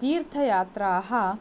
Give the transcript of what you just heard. तीर्थयात्राः